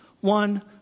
one